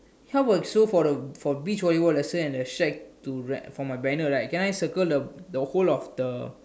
how about so for the for beach volleyball lesson and the shack to rent for my banner right can I circle the the whole of the